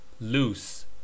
Loose